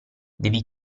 devi